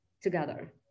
together